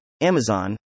Amazon